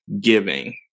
giving